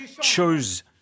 chose